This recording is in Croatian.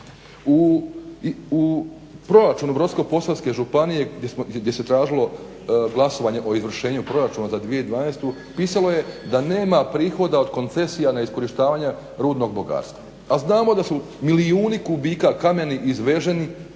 u proračunu Brodsko-posavske županije gdje se tražilo glasovanje o izvršenju proračuna za 2012.pisalo je da nema prihoda od koncesija na iskorištavanje rudnog bogatstva, a znamo da su milijuni kubika kamena izveženi